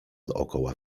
dookoła